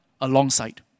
alongside